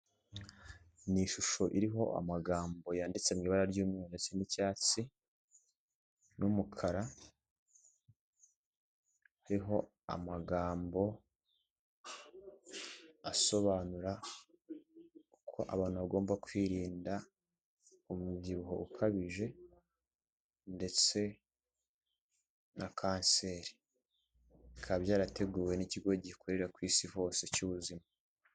Ni ishusho iriho amagambo yanditse mu ibara ry'umweru, ndetse n'icyatsi n'umukara hariho amagambo asobanura uko abantu bagomba kwirinda umubyibuho ukabije, ndetse na kanseri bikaba byarateguwe n'ikigo gikorera ku isi hose cy'ubuzima.